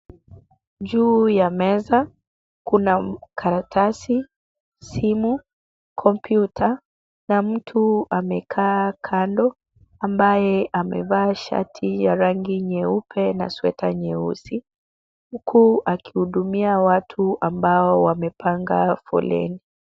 Juu ya meza kuna karatasi, simu, kompyuta na mtu amekaa kando ambaye amevaa shati ya rangi nyeupe na sweta nyeusi, huku akihudumia watu ambao wamepanga foleni.